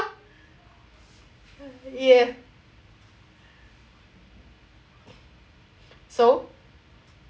ya so